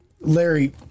Larry